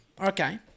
Okay